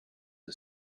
the